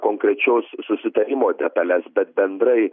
konkrečios susitarimo detales bet bendrai